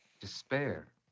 despair